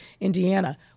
Indiana